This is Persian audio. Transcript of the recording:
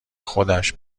خودش